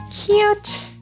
Cute